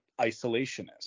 isolationist